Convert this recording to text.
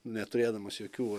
neturėdamas jokių